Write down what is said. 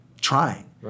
trying